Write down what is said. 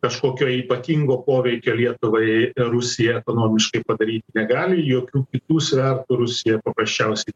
kažkokio ypatingo poveikio lietuvai rusija ekonomiškai padaryti negali jokių kitų svertų rusija paprasčiausiai